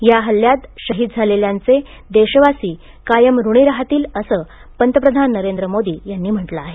या हल्ल्यात शहीद झालेल्यांचे देशवासी कायम ऋणी राहतील असे पंतप्रधान नरेंद्र मोदी यांनी म्हटले आहे